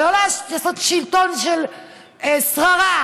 החוכמה היא לעשות, מה שנקרא,